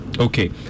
okay